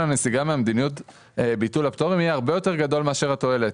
הנסיגה ממדיניות ביטול הפטורים יהיה הרבה יותר גדול מאשר התועלת".